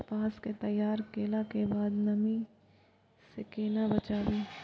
कपास के तैयार कैला कै बाद नमी से केना बचाबी?